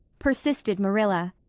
persisted marilla.